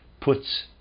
puts